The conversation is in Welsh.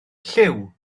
llyw